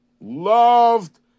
loved